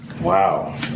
Wow